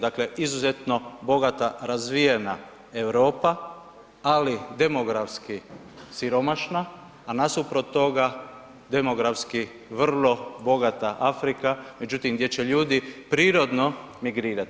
Dakle izuzetno bogata, razvijena Europe, ali demografski siromašna, a nasuprot toga demografski vrlo bogata Afrika međutim gdje će ljudi prirodno migrirati.